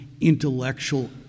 intellectual